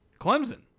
Clemson